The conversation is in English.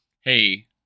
hey